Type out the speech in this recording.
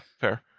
fair